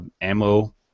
ammo